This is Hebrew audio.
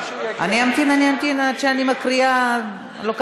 תחכי שיגיע.